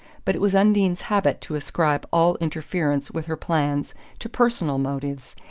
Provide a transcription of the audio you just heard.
but it was undine's habit to ascribe all interference with her plans to personal motives,